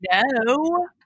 No